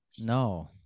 No